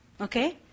okay